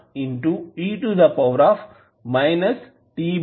అవుతుంది